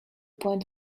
point